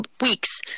weeks